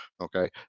okay